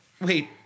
wait